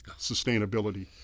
sustainability